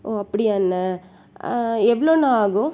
ஓ அப்படியா அண்ணன் எவ்வளோண்ணா ஆகும்